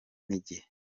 n’igihe